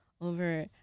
over